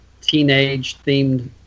teenage-themed